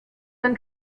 dann